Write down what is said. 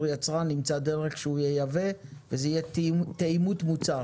יצרן נמצא דרך שהוא ייבא וזה יהיה תאימות מוצר,